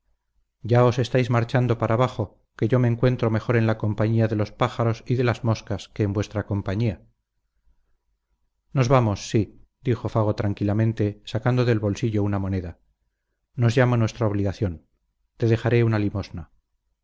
ya os estáis marchando para abajo que yo me encuentro mejor en la compañía de los pájaros y de las moscas que en vuestra compañía nos vamos sí dijo fago tranquilamente sacando del bolsillo una moneda nos llama nuestra obligación te dejaré una limosna